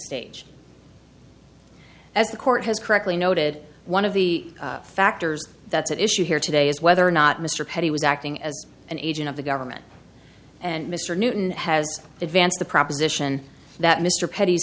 stage as the court has correctly noted one of the factors that's at issue here today is whether or not mr petit was acting as an agent of the government and mr newton has advanced the proposition that mr pet